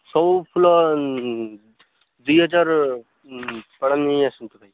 ସବୁ ଫୁଲ ଦୁଇ ହଜାର ନେଇଆସନ୍ତୁ ଭାଇ